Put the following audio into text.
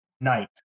Night